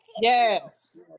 Yes